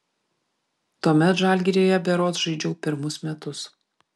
tuomet žalgiryje berods žaidžiau pirmus metus